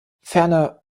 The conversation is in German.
ferner